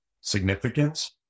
significance